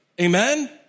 amen